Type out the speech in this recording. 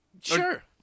sure